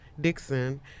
Dixon